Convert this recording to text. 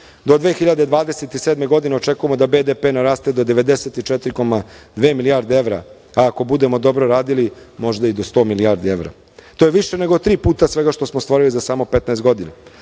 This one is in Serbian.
Do 2027. godine očekujemo da BDP naraste do 94,2 milijarde evra, a ako budemo dobro radili možda i do 100 milijardi evra. To je više nego tri puta svega što smo ostvarili za samo 15 godina.